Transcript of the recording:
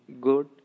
good